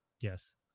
Yes